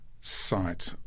site